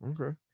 okay